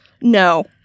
no